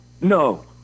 no